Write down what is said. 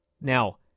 Now